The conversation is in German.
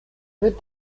wird